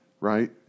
right